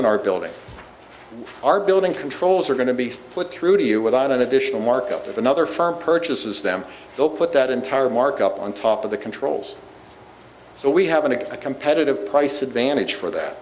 building our building controls are going to be put through to you without an additional markup with another firm purchases them we'll put that entire markup on top of the controls so we have a competitive price advantage for that